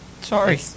Sorry